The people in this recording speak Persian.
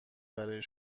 برای